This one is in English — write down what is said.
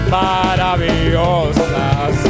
maravillosas